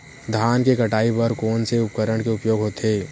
धान के कटाई बर कोन से उपकरण के उपयोग होथे?